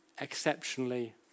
exceptionally